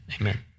amen